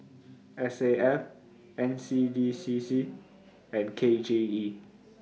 S A F N C D C C and K J E